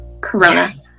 Corona